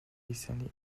recently